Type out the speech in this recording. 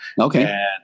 okay